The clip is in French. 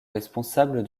responsable